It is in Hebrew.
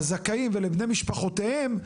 לזכאים ולבני משפחותיהם,